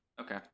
Okay